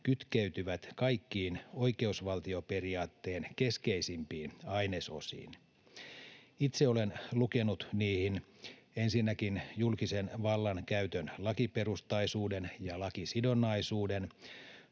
kytkeytyvät kaikkiin oikeusvaltioperiaatteen keskeisimpiin ainesosiin. Itse olen lukenut niihin ensinnäkin julkisen vallan käytön lakiperustaisuuden ja lakisidonnaisuuden,